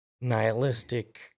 nihilistic